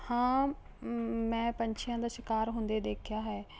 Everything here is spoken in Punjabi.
ਹਾਂ ਮੈਂ ਪੰਛੀਆਂ ਦਾ ਸ਼ਿਕਾਰ ਹੁੰਦੇ ਦੇਖਿਆ ਹੈ